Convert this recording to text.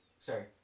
Sorry